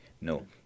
No